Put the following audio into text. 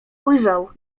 ujrzał